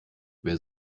wer